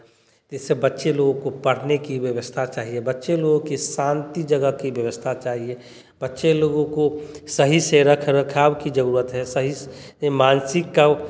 इससे बच्चे लोगों को पढ़ने की व्यवस्था चाहिए बच्चे लोगो की सांति जगह की व्यवस्था चाहिए बच्चे लोगों को सही से रखा रखाव की ज़रूरत है सही स यह मानसिक का